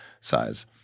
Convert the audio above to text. size